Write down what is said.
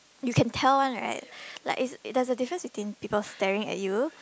you can tell one right like it's there's a difference between people staring at you